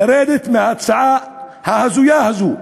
לרדת מההצעה ההזויה הזאת,